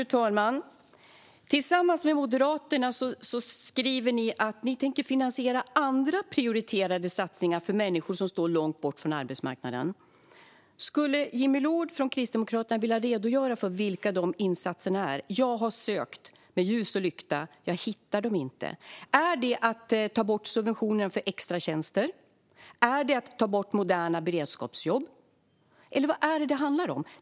Fru talman! Tillsammans med Moderaterna skriver ni att ni tänker finansiera andra prioriterade satsningar för människor som står långt ifrån arbetsmarknaden. Skulle Jimmy Loord från Kristdemokraterna vilja redogöra för vilka de insatserna är? Jag har sökt med ljus och lykta men hittar dem inte. Handlar det om att ta bort subventionen för extratjänster? Handlar det om att ta bort moderna beredskapsjobb? Vad handlar det om?